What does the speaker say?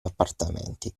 appartamenti